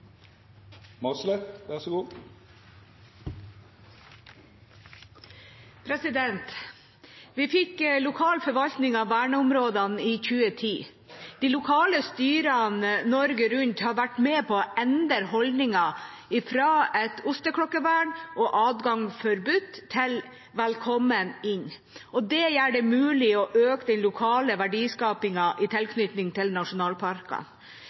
Vi fikk lokal forvaltning av verneområdene i 2010. De lokale styrene Norge rundt har vært med på å endre holdningen fra et osteklokkevern og adgang forbudt til velkommen inn, og det gjør det mulig å øke den lokale verdiskapingen i tilknytning til